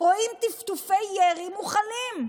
רואים טפטופי ירי מוכלים.